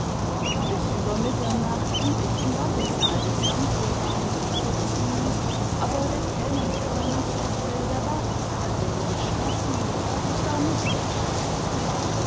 bis über mitternacht blieb ich im wartesaal des dammtorbähnhofs sitzen aber der kellner kam und sagte der wartesaal würde geschlossen und da müßte ich fort